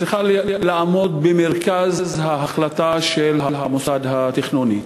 צריכה לעמוד במרכז ההחלטה של המוסד התכנוני.